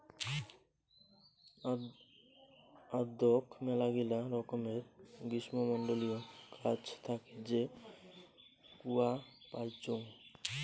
আদৌক মেলাগিলা রকমের গ্রীষ্মমন্ডলীয় গাছ থাকি যে কূয়া পাইচুঙ